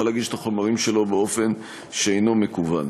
להגיש את החומרים באופן שאינו מקוון.